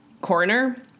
coroner